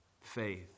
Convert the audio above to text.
faith